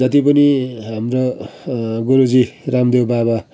जति पनि हाम्रो गुरुजी रामदेव बाबा